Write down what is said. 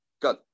Good